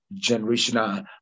generational